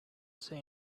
say